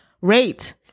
Rate